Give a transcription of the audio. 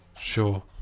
Sure